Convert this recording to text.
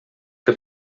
que